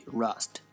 rust